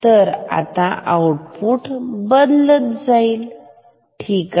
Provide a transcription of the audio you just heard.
तर आता आउटपुट बदलत जाईल ठीक आहे